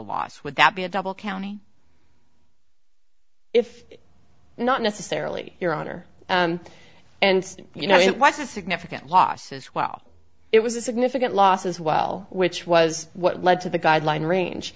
loss would that be a double county if not necessarily your honor and you know it was a significant loss as well it was a significant loss as well which was what led to the guideline range